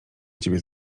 ciebie